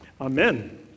Amen